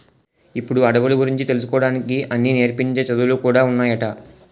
ఇప్పుడు అడవుల గురించి తెలుసుకోడానికి అన్నీ నేర్పించే చదువులు కూడా ఉన్నాయట